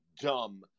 dumb